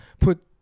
put